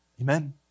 Amen